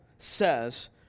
Says